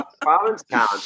Provincetown